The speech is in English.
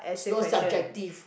so subjective